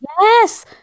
Yes